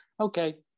okay